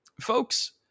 Folks